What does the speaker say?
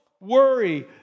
worry